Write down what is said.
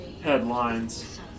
headlines